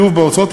חיוב בהוצאות,